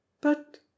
But—